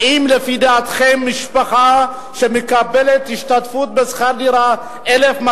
האם לפי דעתכם משפחה שמקבלת השתתפות של 1,200